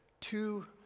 two